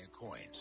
Coins